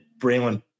Braylon